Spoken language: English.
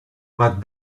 but